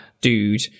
dude